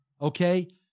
Okay